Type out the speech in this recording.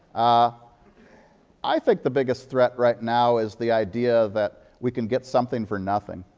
ah i think the biggest threat right now is the idea that we can get something for nothing.